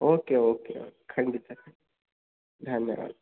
okay okay ಖಂಡಿತ ಧನ್ಯವಾದ